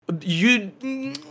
you-